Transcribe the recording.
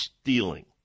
stealing